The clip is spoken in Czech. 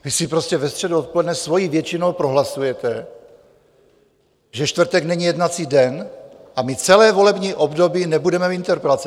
Vy si prostě ve středu odpoledne svojí většinou prohlasujete, že čtvrtek není jednací den, a my celé volební období nebudeme mít interpelace.